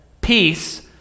peace